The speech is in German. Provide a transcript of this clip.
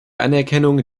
anerkennung